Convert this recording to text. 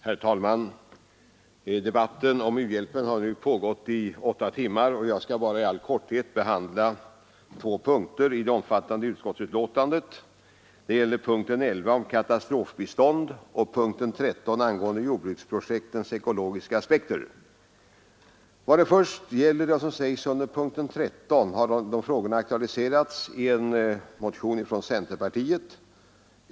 Herr talman! Debatten om u-hjälpen har nu pågått i åtta timmar. Jag skall i all korthet endast behandla två punkter i det omfattande utskottsbetänkandet, nämligen punkten 11 om katastrofbistånd och punkten 13 angående jordbruksprojektens ekologiska aspekter. I vad först gäller det som sägs under punkten 13 har dessa frågor aktualiserats i en motion från centerpartiet.